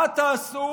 מה תעשו?